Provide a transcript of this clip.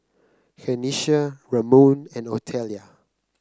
Kenisha Ramon and Otelia